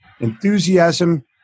enthusiasm